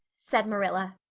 said marilla.